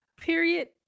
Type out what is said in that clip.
Period